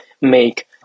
make